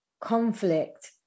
conflict